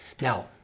Now